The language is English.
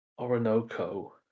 Orinoco